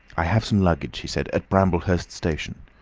i have some luggage, he said, at bramblehurst station,